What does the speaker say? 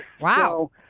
Wow